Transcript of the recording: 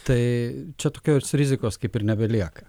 tai čia tokios rizikos kaip ir nebelieka